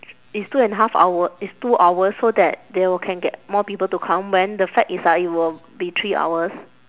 it's two and a half hour it's two hours so that they will can get more people to come when the fact is ah it will be three hours